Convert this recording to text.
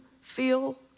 feel